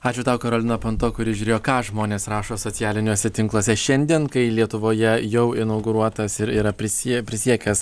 ačiū tau karolina panto kuris žiūrėjo ką žmonės rašo socialiniuose tinkluose šiandien kai lietuvoje jau inauguruotas ir yra prisie prisiekęs